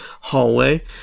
hallway